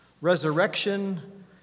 resurrection